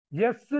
yes